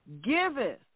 Giveth